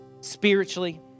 spiritually